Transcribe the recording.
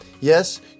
Yes